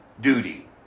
duty